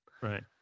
Right